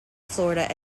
florida